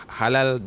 halal